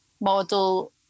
model